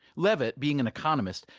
levitt, being an economist,